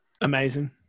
Amazing